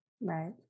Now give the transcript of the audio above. Right